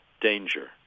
danger